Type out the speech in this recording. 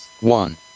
one